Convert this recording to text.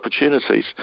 opportunities